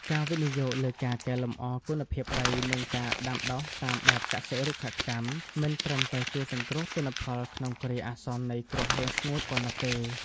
ការវិនិយោគលើការកែលម្អគុណភាពដី និងការដាំដុះតាមបែបកសិ-រុក្ខកម្ម មិនត្រឹមតែជួយសង្គ្រោះទិន្នផលក្នុងគ្រាអាសន្ននៃគ្រោះរាំងស្ងួតប៉ុណ្ណោះទេ។